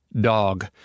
dog